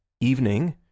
evening